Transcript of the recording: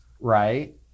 right